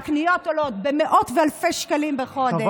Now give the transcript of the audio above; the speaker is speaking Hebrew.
אבל כשהקניות עולות במאות ואלפי שקלים בחודש,